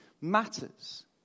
matters